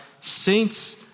saints